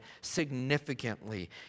significantly